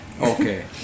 Okay